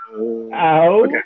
Out